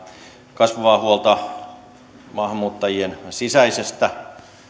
kasvavaa huolta maahanmuuttajien sisäisestä